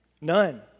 None